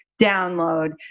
download